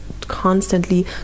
constantly